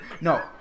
No